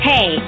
Hey